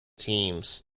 teams